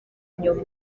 nyuma